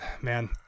man